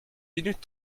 minutes